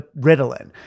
Ritalin